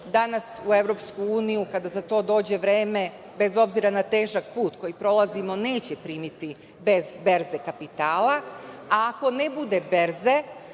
da nas u EU, kada za to dođe vreme, bez obzira na težak put koji prolazimo, neće primiti bez berze kapitala, a ako ne bude berze,